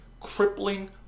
crippling